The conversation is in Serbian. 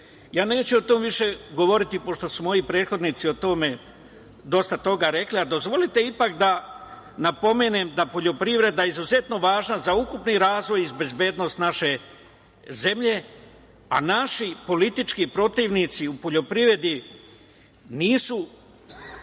neću o tome više govoriti, pošto su moji prethodnici o tome dosta toga rekli, a dozvolite ipak da napomenem da je poljoprivreda izuzetno važna za ukupni razvoj i bezbednost naše zemlje, a naši politički protivnici u poljoprivredi nisu,